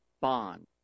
Bond